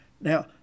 Now